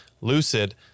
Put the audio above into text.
Lucid